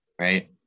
right